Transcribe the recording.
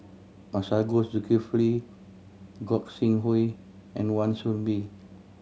Masagos Zulkifli Gog Sing Hooi and Wan Soon Bee